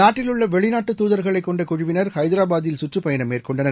நாட்டில் உள்ள வெளிநாட்டு துதர்களைக்கொண்ட குழுவினர் ஊறைதராபாதில் கற்றுப்பயணம் மேற்கொண்டனர்